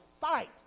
fight